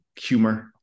humor